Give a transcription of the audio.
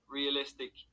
realistic